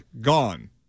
gone